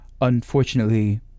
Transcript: Unfortunately